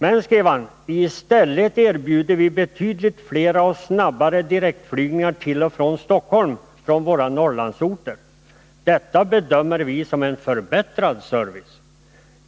Men, skrev han, i stället erbjuder vi betydligt flera och snabbare direktflygningar till och från Stockholm från våra Norrlandsorter. Detta bedömer vi som en förbättrad service.